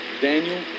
Daniel